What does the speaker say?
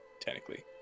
technically